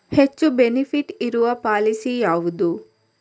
ಹೆಚ್ಚು ಬೆನಿಫಿಟ್ ಇರುವ ಪಾಲಿಸಿ ಯಾವುದು?